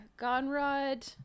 Gonrod